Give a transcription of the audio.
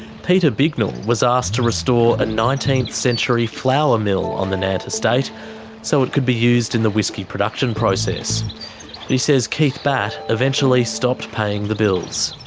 peter bignell was asked to restore a nineteenth century flour mill on the nant estate so it could be used in the whisky production process. but he says keith batt eventually stopped paying the bills.